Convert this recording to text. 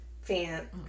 fan